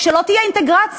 שלא תהיה אינטגרציה,